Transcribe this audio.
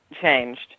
changed